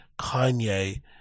Kanye